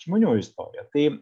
žmonių istorija tai